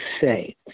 say